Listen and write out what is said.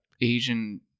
Asian